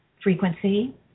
frequency